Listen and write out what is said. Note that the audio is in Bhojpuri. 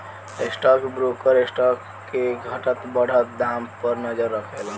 स्टॉक ब्रोकर स्टॉक के घटत बढ़त दाम पर नजर राखेलन